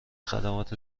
خدمات